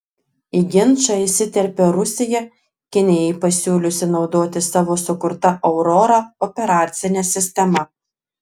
į ginčą įsiterpė rusija kinijai pasiūliusi naudotis savo sukurta aurora operacine sistema